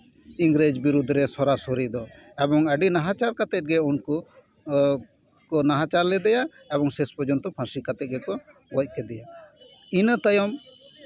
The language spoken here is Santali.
ᱤᱝᱨᱮᱡᱽ ᱵᱤᱨᱩᱫᱽ ᱨᱮ ᱥᱚᱨᱟᱥᱚᱨᱤ ᱫᱚ ᱮᱵᱚᱝ ᱟᱹᱰᱤ ᱱᱟᱦᱟᱪᱟᱨ ᱠᱟᱛᱮ ᱜᱮ ᱩᱱᱠᱩ ᱠᱚ ᱱᱟᱦᱟᱪᱟᱨ ᱞᱮᱫᱮᱭᱟ ᱮᱵᱚᱝ ᱥᱮᱥ ᱯᱨᱚᱡᱚᱱᱛᱚ ᱯᱷᱟᱹᱥᱤ ᱠᱟᱛᱮ ᱜᱮᱠᱚ ᱜᱚᱡ ᱠᱮᱫᱮᱭᱟ ᱤᱱᱟᱹ ᱛᱟᱭᱚᱢ